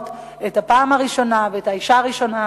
את הפעם הראשונה ואת האשה הראשונה,